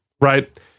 right